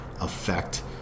affect